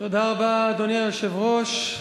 אדוני היושב-ראש,